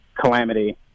calamity